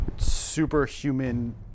superhuman